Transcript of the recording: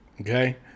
Okay